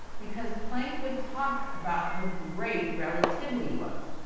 because, planck would talk about how great relativity was.